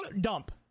dump